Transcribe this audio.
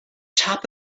top